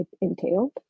entailed